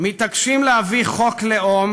מתעקשים להביא חוק לאום